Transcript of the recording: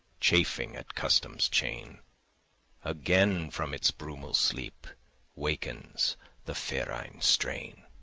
chafing at custom's chain again from its brumal sleep wakens the ferine strain.